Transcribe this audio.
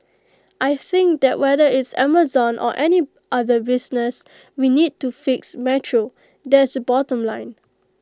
I think that whether it's Amazon or any other business we need to fix metro that's the bottom line